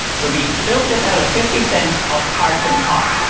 so we built this out of fifty cents of parts and costs.